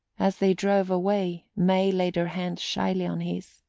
as they drove away may laid her hand shyly on his.